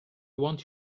want